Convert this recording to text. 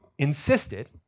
insisted